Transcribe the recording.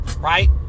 right